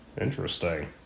Interesting